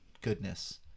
goodness